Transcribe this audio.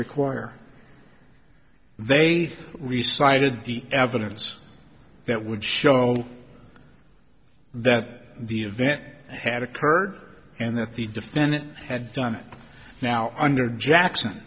require they re cited the evidence that would show that the event had occurred and that the defendant had done it now under jackson